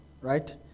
right